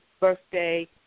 birthday